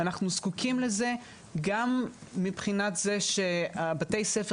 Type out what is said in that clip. אנחנו זקוקים לזה גם מבחינת זה שבתי הספר